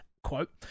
Quote